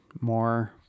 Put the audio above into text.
more